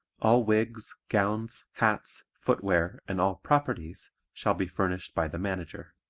all wigs, gowns, hats, footwear and all properties shall be furnished by the manager.